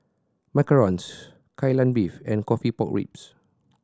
macarons Kai Lan Beef and coffee pork ribs